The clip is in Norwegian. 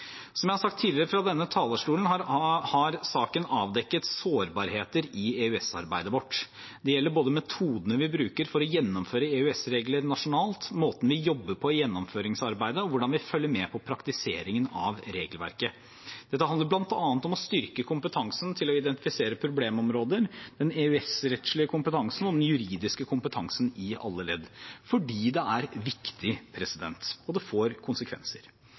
Som jeg har sagt tidligere fra denne talerstolen, har saken avdekket sårbarheter i EØS-arbeidet vårt. Det gjelder både metodene vi bruker for å gjennomføre EØS-regler nasjonalt, måten vi jobber på i gjennomføringsarbeidet, og hvordan vi følger med på praktiseringen av regelverket. Dette handler bl.a. om å styrke kompetansen til å identifisere problemområder, den EØS-rettslige kompetansen og den juridiske kompetansen i alle ledd – fordi det er viktig, og det får konsekvenser.